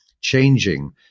changing